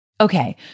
Okay